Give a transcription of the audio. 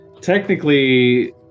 technically